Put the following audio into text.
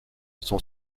son